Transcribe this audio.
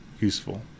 useful